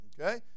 Okay